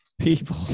people